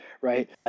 right